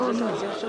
בסדר.